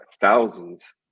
thousands